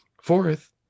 fourth